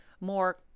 more